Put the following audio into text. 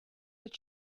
did